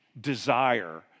desire